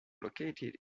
located